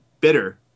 bitter